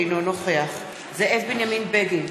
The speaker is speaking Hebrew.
אינו נוכח זאב בנימין בגין,